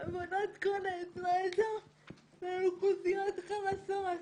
האלה חלות עליהם?